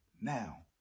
now